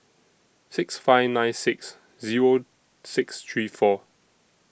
six five nine six Zero six three four